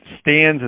stands